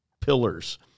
pillars